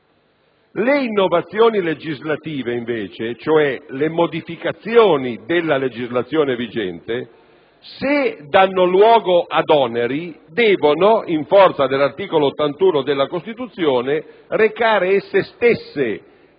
Le innovazioni legislative, invece, vale a dire le modificazioni della legislazione vigente, se danno luogo ad oneri devono, in forza dell'articolo 81 della Costituzione, recare esse stesse